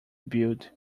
build